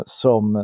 som